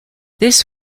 this